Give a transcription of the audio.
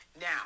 Now